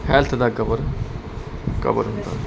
health ਦਾ cover ਹੁੰਦਾ ਹੈ